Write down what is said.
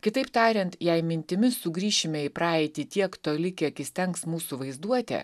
kitaip tariant jei mintimis sugrįšime į praeitį tiek toli kiek įstengs mūsų vaizduotė